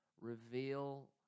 reveal